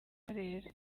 karere